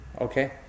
okay